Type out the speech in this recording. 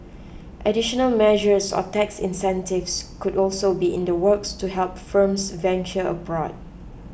additional measures or tax incentives could also be in the works to help firms venture abroad